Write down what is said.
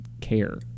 care